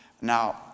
Now